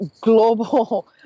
global